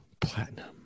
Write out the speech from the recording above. Platinum